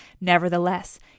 Nevertheless